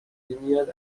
میاد